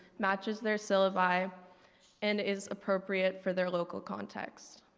matches their syllabi and it's appropriate for their local context.